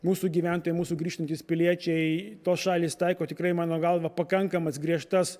mūsų gyventojai mūsų grįžtantys piliečiai tos šalys taiko tikrai mano galva pakankamas griežtas